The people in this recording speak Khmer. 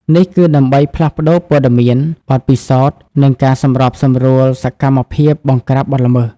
នេះគឺដើម្បីផ្លាស់ប្តូរព័ត៌មាន បទពិសោធន៍ និងការសម្របសម្រួលសកម្មភាពបង្ក្រាបបទល្មើស។